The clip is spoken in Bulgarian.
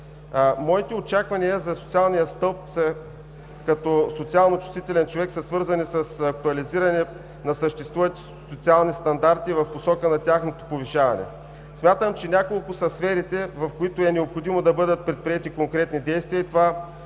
Моите очаквания за социалния стълб, като социално чувствителен човек, са свързани с актуализиране на съществуващите социални стандарти в посока на тяхното повишаване. Смятам, че няколко са сферите, в които е необходимо да бъдат предприети конкретни действия и това